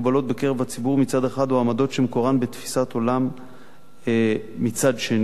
בקרב הציבור מצד אחד או עמדות שמקורן בתפיסת עולם מצד שני.